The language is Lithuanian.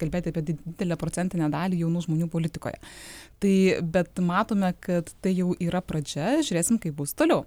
kalbėti apie didelę procentinę dalį jaunų žmonių politikoje tai bet matome kad tai jau yra pradžia žiūrėsim kaip bus toliau